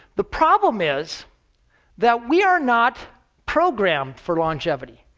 the problem is that we're not programmed for longevity.